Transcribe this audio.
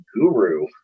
guru